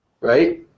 right